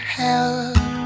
help